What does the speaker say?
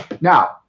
now